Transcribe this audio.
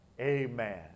Amen